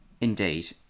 Indeed